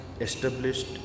established